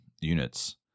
units